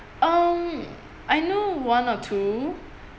um I know one or two